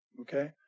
Okay